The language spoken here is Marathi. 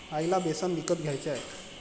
आईला बेसन विकत घ्यायचे आहे